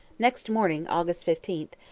next morning, august fifteen,